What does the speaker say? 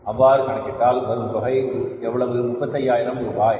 அவ்வாறு கணக்கிட்டால் வரும் தொகை எவ்வளவு 35 ரூபாய்